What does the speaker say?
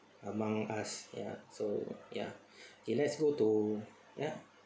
among us ya so ya okay let's go to ya